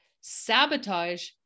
Sabotage